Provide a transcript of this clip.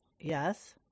Yes